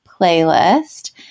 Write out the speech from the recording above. playlist